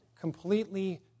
completely